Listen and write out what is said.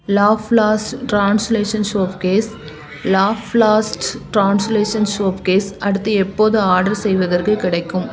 லாஃப்ளாஸ்ட் translation சோஃப் கேஸ் லாஃப்ளாஸ்ட் ட்ரான்ஸ்லேஷன் சோஃப் கேஸ் அடுத்து எப்போது ஆர்டர் செய்வதற்கு கிடைக்கும்